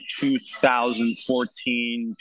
2014